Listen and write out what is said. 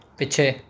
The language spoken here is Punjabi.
ਪਿੱਛੇ